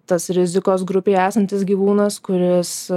tas rizikos grupėj esantis gyvūnas kuris